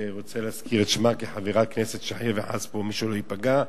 רוצה להזכיר את שמה כחברת כנסת שחלילה וחס פה מישהו לא ייפגע,